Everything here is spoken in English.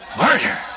Murder